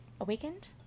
awakened